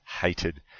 Hated